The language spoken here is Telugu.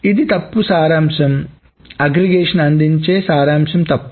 ఇది తప్పు సారాంశం అగ్రిగేషన్ అందించే సారాంశం తప్పు